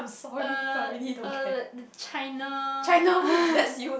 uh like the China